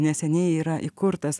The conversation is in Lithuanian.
neseniai yra įkurtas